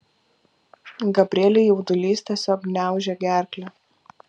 gabrielei jaudulys tiesiog gniaužė gerklę